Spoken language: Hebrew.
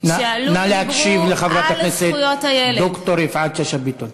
נא להקשיב לחברת הכנסת ד"ר יפעת שאשא ביטון.